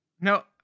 No